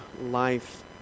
life